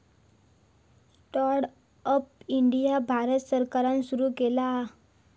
stand up India Bharat सरकारान सुरू केला